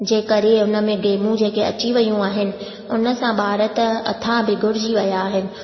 जंहिं करे हुन में गेमूं जेके अची वियूं आहिनि हुन सां ॿार त अथाह बिगड़जी विया आहिनि